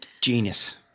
genius